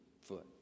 foot